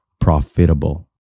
profitable